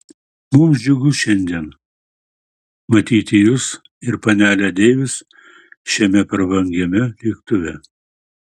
mums džiugu šiandien matyti jus ir panelę deivis šiame prabangiame lėktuve